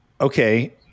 Okay